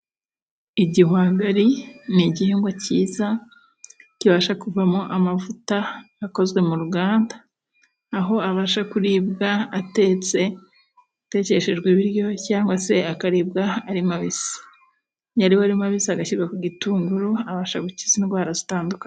Igihagari ni igihingwa cyiza kibasha kuvamo amavuta akozwe mu ruganda. Aho abasha kuribwa atetse ,atekeshejwe ibiryo cyangwa se akaribwa ari mabisi. Iyo ari mabisi ashyirwa ku gitunguru abasha gukiza indwara zitandukanye.